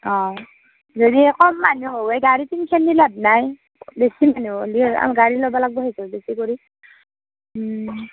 অঁ হেৰি আকৌ কম মানুহ হ'লে গাড়ী তিনিখেন নি লাভ নাই বেছি মানুহ হ'লেও আৰু গাড়ী ল'ব লাগিব সেই বেছি কৰি